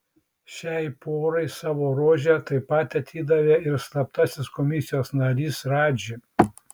šiai porai savo rožę taip pat atidavė ir slaptasis komisijos narys radži